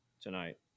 tonight